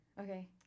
Okay